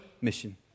mission